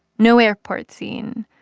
no airport scene,